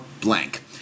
blank